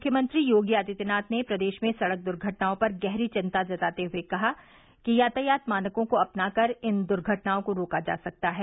मुख्यमंत्री योगी आदित्यनाथ ने प्रदेश में सड़क दुर्घटनाओं पर गहरी चिंता जताते हुए कहा कि यातायात मानकों को अपना कर इन दुर्घटनाओं को रोका जा सकता है